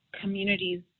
communities